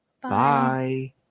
Bye